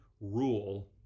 rule